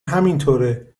همینطوره